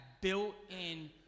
built-in